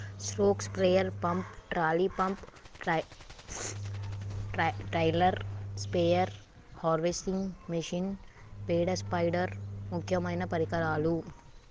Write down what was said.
stroke sprayer pump, trolley pump, trailer spare, harvesting machine, పేడ spider ముక్యమైన పరికరాలు